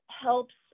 helps